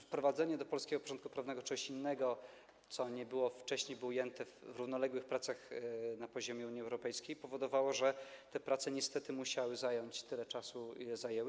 Wprowadzenie do polskiego porządku prawnego czegoś innego, co nie było wcześniej ujęte w równoległych pracach na poziomie Unii Europejskiej, powodowało, że te prace niestety musiały zająć tyle czasu, ile zajęły.